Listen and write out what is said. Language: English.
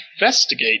investigate